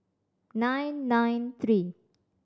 nine nine three